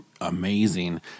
amazing